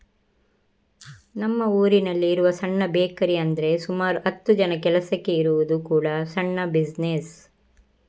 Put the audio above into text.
ನಮ್ಮ ಊರಿನಲ್ಲಿ ಇರುವ ಸಣ್ಣ ಬೇಕರಿ ಅಂದ್ರೆ ಸುಮಾರು ಹತ್ತು ಜನ ಕೆಲಸಕ್ಕೆ ಇರುವುದು ಕೂಡಾ ಸಣ್ಣ ಬಿಸಿನೆಸ್